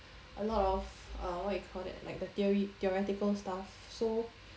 a lot of uh what you call that like the theory theoretical stuff so